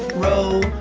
row,